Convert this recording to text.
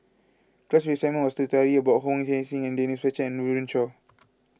class assignment was to study about Wong Heck Sing and Denise Fletcher and Run Run Shaw